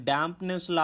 Dampness